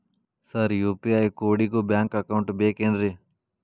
Sir UPI ಕೋಡಿಗೂ bank account ಬೇಕೆನ್ರಿ?